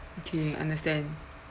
okay understand